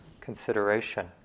consideration